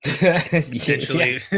essentially